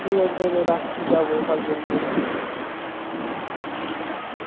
ঠিক আছে তাহলে রাখছি যাবো কাল পরশু করে হুম রাখছি হ্যাঁ